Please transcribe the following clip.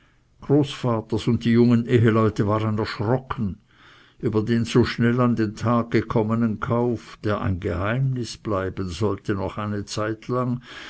großvaters und die jungen eheleute waren erschrocken über den so schnell an den tag gekommenen kauf der ein geheimnis bleiben sollte noch eine zeitlang